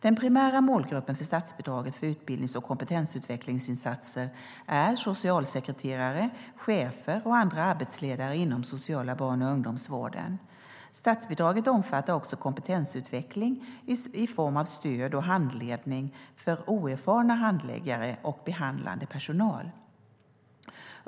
Den primära målgruppen för statsbidraget för utbildnings och kompetensutvecklingsinsatser är socialsekreterare, chefer och andra arbetsledare inom den sociala barn och ungdomsvården. Statsbidraget omfattar också kompetensutveckling i form av stöd och handledning för oerfarna handläggare och behandlande personal.